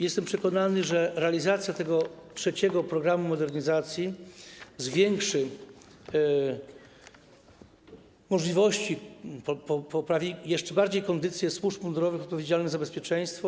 Jestem przekonany, że realizacja tego trzeciego programu modernizacji zwiększy możliwości, jeszcze bardziej poprawi kondycję służb mundurowych odpowiedzialnych za bezpieczeństwo.